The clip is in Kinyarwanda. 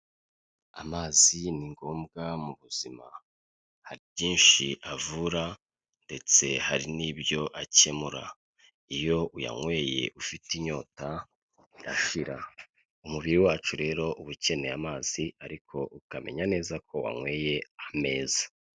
Amazi ni ngombwa mu buzima hari byinshi avura ndetse hari n'ibyo akemura, iyo uyanyweye ufite inyota irashira, umubiri wacu rero uba ukeneye amazi ariko ukamenya neza ko wanyweye ameza.